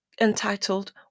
entitled